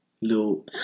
little